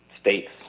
states